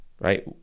right